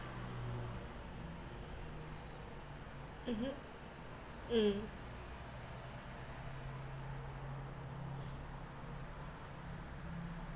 mmhmm mm